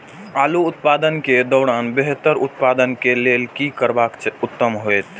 आलू उत्पादन के दौरान बेहतर उत्पादन के लेल की करबाक उत्तम होयत?